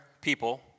people